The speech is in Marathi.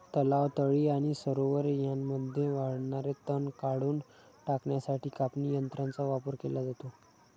तलाव, तळी आणि सरोवरे यांमध्ये वाढणारे तण काढून टाकण्यासाठी कापणी यंत्रांचा वापर केला जातो